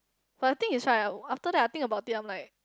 but I think he's right after that I think about I'm like